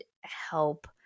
help